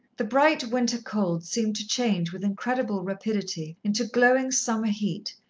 the bright winter cold seemed to change with incredible rapidity into glowing summer heat,